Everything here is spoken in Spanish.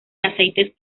aceites